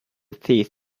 thief